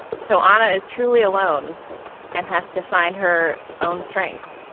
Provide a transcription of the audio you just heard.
so anna is truly alone and has to find her own strength,